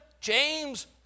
James